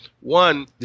one